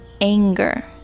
anger